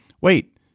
Wait